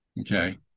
okay